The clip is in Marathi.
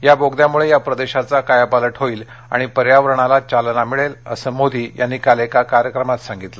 या बोगद्यामुळे या प्रदेशाचा कायापाल होईल आणि पर्यावरणाला चालना मिळेल असं मोदी यांनी काल एका अन्य कार्यक्रमात सांगितलं